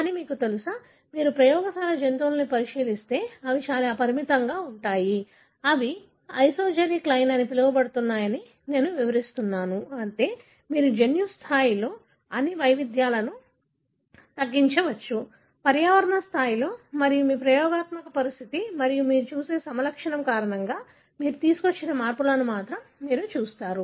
కానీ మీకు తెలుసా మీరు ప్రయోగశాల జంతువులను పరిశీలిస్తే అవి చాలా పరిమితంగా ఉంటాయి అవి ఐసోజెనిక్ లైన్ అని పిలవబడుతున్నాయని నేను వివరిస్తున్నాను అంటే మీరు జన్యు స్థాయిలో అన్ని వైవిధ్యాలను తగ్గించవచ్చు పర్యావరణ స్థాయిలో మరియు మీ ప్రయోగాత్మక పరిస్థితి మరియు మీరు చూసే సమలక్షణం కారణంగా మీరు తీసుకువచ్చిన మార్పులను మీరు మాత్రమే చూస్తారు